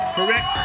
Correct